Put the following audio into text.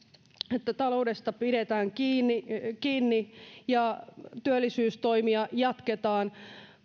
että taloudesta pidetään kiinni kiinni ja työllisyystoimia jatketaan